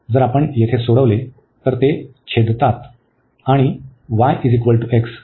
जर आपण येथे सोडवले तर ते छेदतात कारण y x आणि